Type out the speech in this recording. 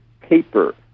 paper